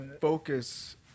focus